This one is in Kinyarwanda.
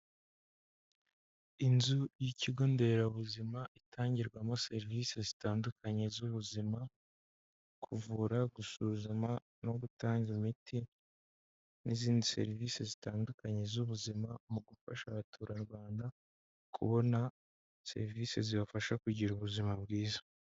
Inzu y'ikigonderabuzima itangirwamo serivise zitandukanye z'ubuzima, kuvura, gusuzuma, no gutanga imiti n'izindi serivise zitandukanye z'ubuzima mu gufasha abaturarwanda kubona serivise zibafasha kugira ubuzima bwiza.